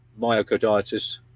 myocarditis